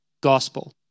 Gospel